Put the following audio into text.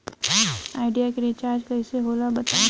Idea के recharge कइसे होला बताई?